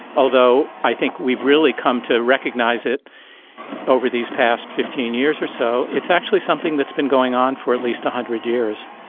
although i think we've really come to recognise it over these past fifteen years or so, it's actually something that's been going on for at least one hundred years.